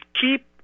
keep